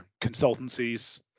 consultancies